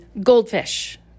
goldfish